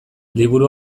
liburu